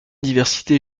diversité